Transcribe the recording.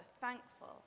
thankful